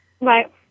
Right